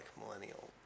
millennial